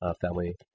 family